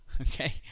Okay